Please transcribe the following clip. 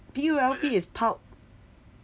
P U L P is pulp